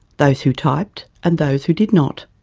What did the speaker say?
those who typed and those who did not.